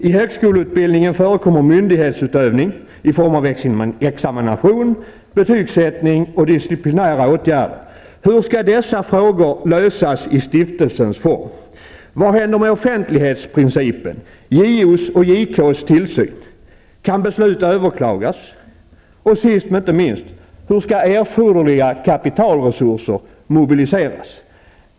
I högskoleutbildningen förekommer myndighetsutövning i form av examination, betygsättning och disciplinära åtgärder. Hur skall dessa frågor lösas i stiftelsens form? Vad händer med offentlighetsprincipen, JO:s och JK:s tillsyn? Kan beslut överklagas? Och sist men inte minst: Hur skall erforderliga kapitalresurser kunna mobiliseras?